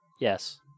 Yes